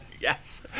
Yes